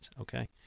okay